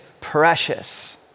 precious